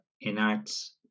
enacts